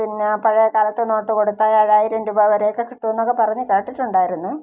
പിന്നെ പഴയകാലത്ത് നോട്ട് കൊടുത്താൽ ഏഴായിരം രൂപ വരെയൊക്കെ കിട്ടും എന്നൊക്കെ പറഞ്ഞു കേട്ടിട്ടുണ്ടായിരുന്നു